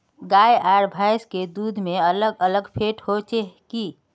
गाय आर भैंस के दूध में अलग अलग फेट होचे की?